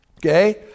okay